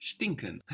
Stinken